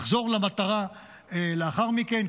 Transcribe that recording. לחזור למטרה לאחר מכן,